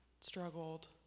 struggled